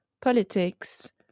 politics